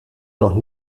noch